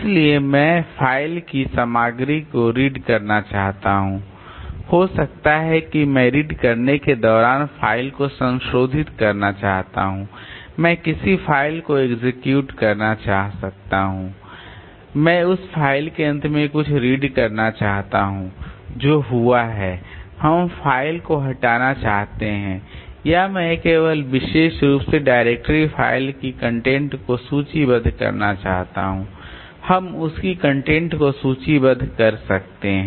इसलिए मैं फ़ाइल की सामग्री को रीड करना चाहता हूं हो सकता है कि मैं रीड करने के दौरान फ़ाइल को संशोधित करना चाहता हूं मैं किसी फ़ाइल को एक्सेक्यूट करना चाह सकता हूं मैं उस फ़ाइल के अंत में कुछ रीड करना चाहता हूं जो हुआ है हम फ़ाइल को हटाना चाहते हैं या मैं केवल विशेष रूप से डायरेक्टरी फ़ाइलों की कंटेंट को सूचीबद्ध करना चाहता हूँ हम उस की कंटेंट को सूचीबद्ध कर सकते हैं